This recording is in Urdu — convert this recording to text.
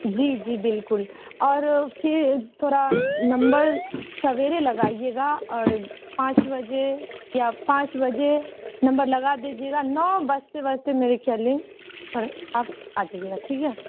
جی جی بالکل اور فھر تھڑرا نمبر سویرے لگائیے گا اور پانچ بجے یا پانچ بجے نمبر لگا دیجیے گا نو بجتے بجتے میری کیئرلنک آپ آجائیے گا ٹھیک ہے